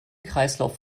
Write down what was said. kreislauf